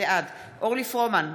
בעד אורלי פרומן,